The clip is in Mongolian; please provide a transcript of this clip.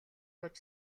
ууж